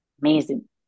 amazing